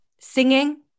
singing